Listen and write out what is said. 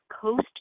coast